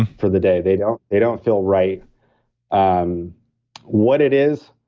for the day. they don't they don't feel right um what it is,